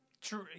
True